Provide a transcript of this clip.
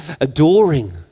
adoring